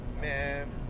Man